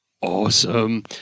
awesome